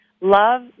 Love